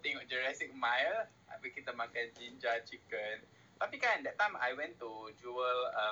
tengok jurassic meyer habis kita makan jinjja chicken tapi kan that time I went to jewel um